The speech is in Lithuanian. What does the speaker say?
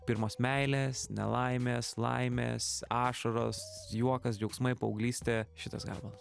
pirmos meilės nelaimės laimės ašaros juokas džiaugsmai paauglystė šitas gabalas